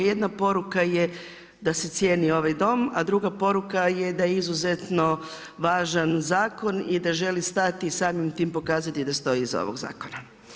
Jedna poruka je da se cijeni ovaj Dom, a druga poruka je da je izuzetno važan zakon i da želi stati samim tim pokazati da stoji iza ovog zakona.